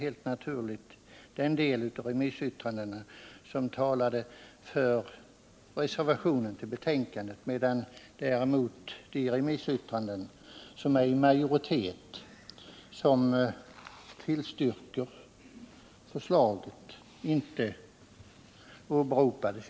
Helt naturligt redovisade han därvid den del av remissyttrandena som talade för reservationen till betänkandet, medan de remissyttranden som är i majoritet och som tillstyrker förslaget inte åberopades.